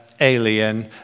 alien